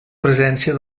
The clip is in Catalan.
presència